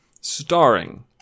starring